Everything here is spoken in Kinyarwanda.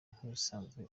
nk’ibisanzwe